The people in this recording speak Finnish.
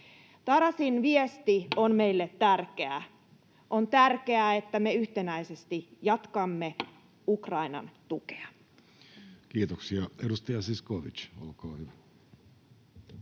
koputtaa] on meille tärkeä. On tärkeää, että me yhtenäisesti jatkamme Ukrainan tukea. Kiitoksia. — Edustaja Zyskowicz, olkaa hyvä.